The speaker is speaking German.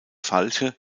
falsche